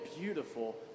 beautiful